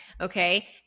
Okay